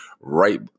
right